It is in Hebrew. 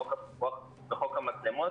חוק הפיקוח וחוק המצלמות,